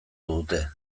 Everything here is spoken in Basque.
dute